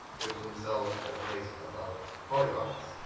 which themselves are placed above polygons.